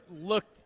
looked –